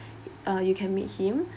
uh you can meet him